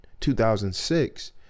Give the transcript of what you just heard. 2006